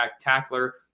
tackler